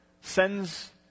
sends